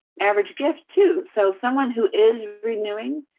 average gift, too. so, someone who is renewing,